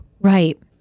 Right